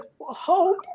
hope